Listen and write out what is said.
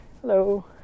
Hello